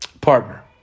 partner